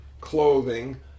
clothing